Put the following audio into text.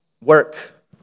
Work